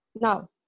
Now